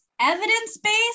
evidence-based